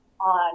on